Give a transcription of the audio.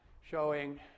showing